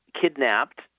kidnapped